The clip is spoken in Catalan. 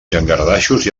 llangardaixos